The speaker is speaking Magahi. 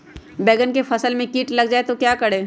बैंगन की फसल में कीट लग जाए तो क्या करें?